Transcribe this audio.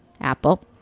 apple